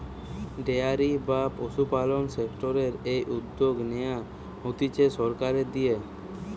dairy বা পশুপালন সেক্টরের এই উদ্যগ নেয়া হতিছে সরকারের দিয়া